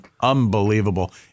unbelievable